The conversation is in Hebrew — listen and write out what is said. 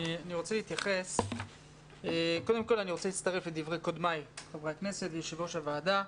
אני רוצה להצטרף לדברי קודמיי חברי הכנסת ויושבת-ראש הוועדה.